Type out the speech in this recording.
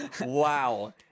wow